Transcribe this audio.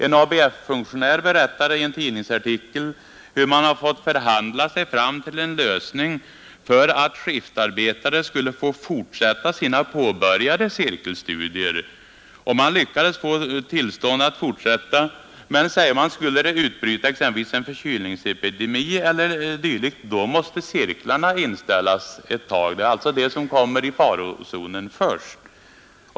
En ABF-funktionär berättade i en tidningsartikel hur man har fått förhandla sig fram till en lösning för att skiftarbetare skulle kunna fortsätta sina påbörjade cirkelstudier. Man lyckades få tillstånd att fortsätta men, hette det, skulle det utbryta en förkylningsepidemi e. d. måste cirklarna inställas ett tag. Det är alltså de som kommer i farozonen först.